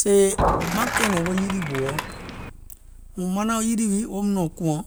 Sèè maŋ kɛ̀ɛ̀nɛ̀ŋ yilì ɓòùɔ mùŋ manaŋ wo yilì wii woum nɔ̀ŋ kùȧŋ